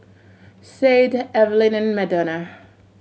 Sade Evelyn Madonna